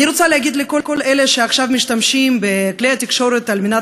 אני רוצה להגיד לכל אלה שעכשיו משתמשים בכלי התקשורת על מנת